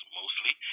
mostly